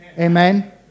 amen